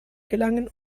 gelangen